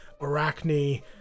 arachne